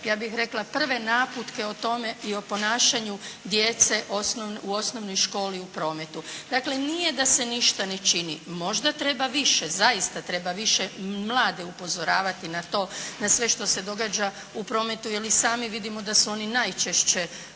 ja bih rekla prve naputke o tome i o ponašanju djece u osnovnoj školi u prometu. Dakle nije da se ništa ne čini, možda treba više, zaista treba više mlade upozoravati na to na sve što se događa u prometu jer i sami vidimo da su oni najčešće